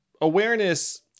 awareness